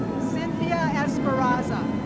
cynthia esperaza.